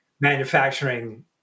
manufacturing